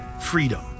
freedom